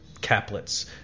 caplets